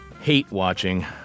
hate-watching